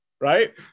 right